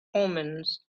omens